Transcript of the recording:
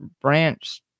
branch